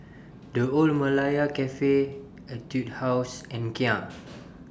The Old Malaya Cafe Etude House and Kia